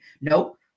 nope